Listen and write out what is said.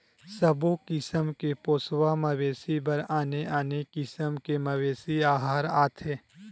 सबो किसम के पोसवा मवेशी बर आने आने किसम के मवेशी अहार आथे